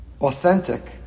authentic